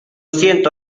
siento